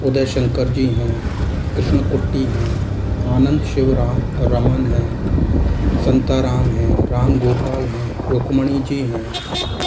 उदयशंकर जी हैं कृष्णकुट्टी हैं आनंद शिव राम रमन हैं संताराम हैं राम गोपाल हैं रुक्मणी जी हैं